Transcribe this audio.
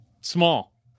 Small